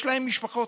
יש להם משפחות.